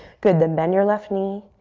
good, then bend your left knee.